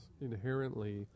inherently